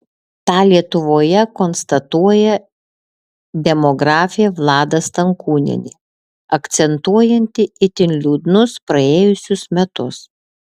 tą lietuvoje konstatuoja demografė vlada stankūnienė akcentuojanti itin liūdnus praėjusius metus